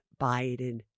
Biden